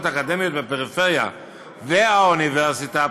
האקדמיות בפריפריה והאוניברסיטה הפתוחה,